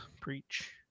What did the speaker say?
Preach